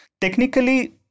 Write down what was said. Technically